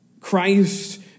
Christ